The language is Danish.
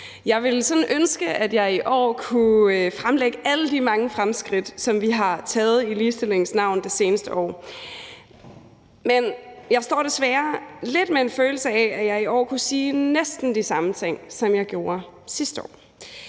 sådan ønske, at jeg i år kunne fremlægge alle de mange fremskridt, som vi har gjort i ligestillingens navn det seneste år, men jeg står desværre lidt med en følelse af, at jeg i år kunne sige næsten de samme ting, som jeg gjorde sidste år.